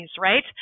right